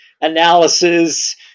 analysis